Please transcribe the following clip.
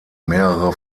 mehrere